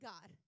God